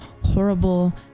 horrible